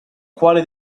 quale